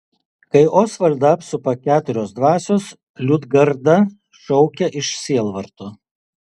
kai osvaldą apsupa keturios dvasios liudgarda šaukia iš sielvarto